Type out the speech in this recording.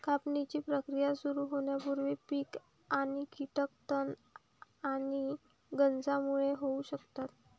कापणीची प्रक्रिया सुरू होण्यापूर्वी पीक आणि कीटक तण आणि गंजांमुळे होऊ शकतात